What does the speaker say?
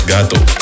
Gato